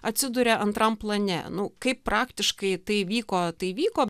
atsiduria antram plane nu kaip praktiškai tai vyko tai vyko